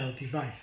device